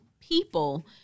people